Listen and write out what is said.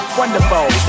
wonderful